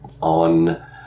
on